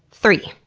three!